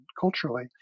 culturally